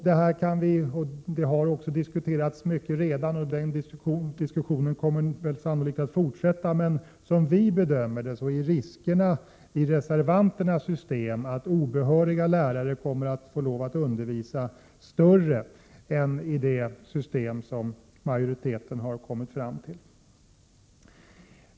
Detta har redan diskuterats mycket, och denna diskussion kommer sannolikt att fortsätta. Men som vi bedömer det är riskerna med reservanternas system att obehöriga lärare kommer att få lov att undervisa mer än vad som är fallet med det system som majoriteten har kommit fram till.